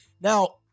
Now